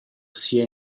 sia